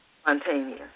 spontaneous